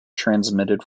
transmitted